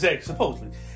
Supposedly